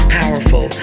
powerful